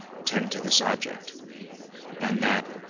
tend to this object and that,